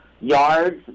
yards